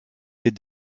des